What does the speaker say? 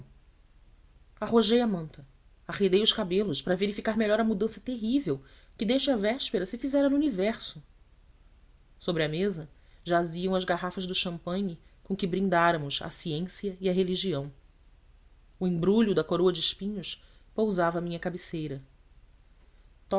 a manta arredei os cabelos para verificar melhor a mudança terrível que desde a véspera se fizera no universo sobre a mesa jaziam as garrafas do champagne com que brindáramos à ciência e à religião o embrulho da coroa de espinhos pousava à minha cabeceira